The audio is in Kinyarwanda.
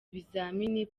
bizamini